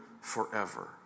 forever